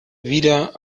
wieder